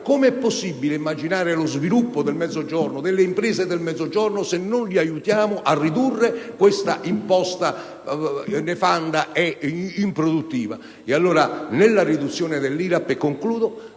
Com'è possibile immaginare lo sviluppo del Mezzogiorno, delle imprese del Mezzogiorno, se non lo aiutiamo a ridurre questa imposta nefanda e improduttiva? Nella riduzione dell'IRAP bisognerà